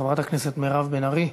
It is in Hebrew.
חברת הכנסת מירב בן ארי,